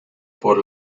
por